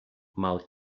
mal